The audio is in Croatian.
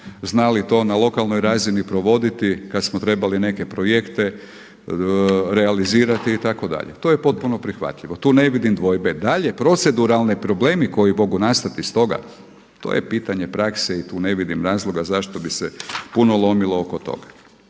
znali to na lokalnoj razini provoditi kad smo trebali neke projekte realizirati itd. To je potpuno prihvatljivo. Tu ne vidim dvojbe. Dalje, proceduralni problemi koji mogu nastati stoga, to je pitanje prakse i tu ne vidim razloga zašto bi se puno lomilo oko toga.